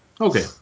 Okay